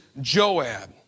Joab